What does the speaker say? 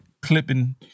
clipping